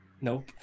Nope